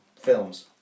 films